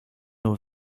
nur